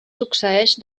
succeeix